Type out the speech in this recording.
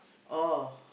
oh